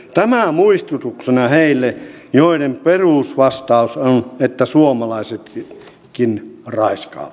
tämä muistutuksena heille joiden perusvastaus on että suomalaisetkin raiskaavat